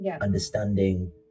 understanding